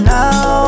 now